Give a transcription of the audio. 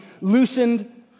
loosened